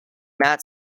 matt